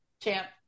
champ